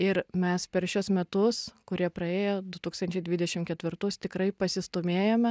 ir mes per šiuos metus kurie praėjo du tūkstančiai dvidešim ketvirtus tikrai pasistūmėjome